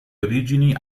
origini